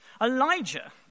Elijah